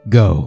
go